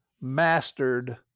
mastered